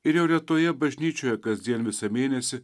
ir jau retoje bažnyčioje kasdien visą mėnesį